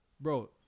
Bro